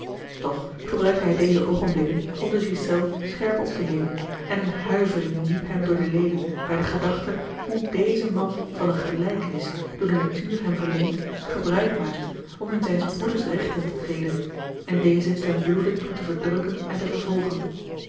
toch gebruikte hij deze oogenblikken om de ghiselles scherp op te nemen en eene huivering liep hem door de leden bij de gedachte hoe deze man van eene gelijkenis door de natuur hem verleend gebruik maakte om in zijns broeders rechten te treden en dezen ten bloede toe te verdrukken en te vervolgen